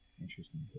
Interesting